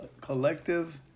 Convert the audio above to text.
collective